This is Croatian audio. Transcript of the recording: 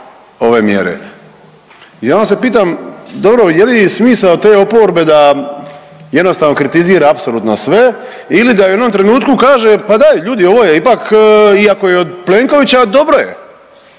ove mjere. I onda se pitam dobro je li smisao te oporbe da jednostavno kritizira apsolutno sve ili da u jednom trenutku kaže pa daj ljudi ovoj je ipak iako je od Plenkovića dobro je,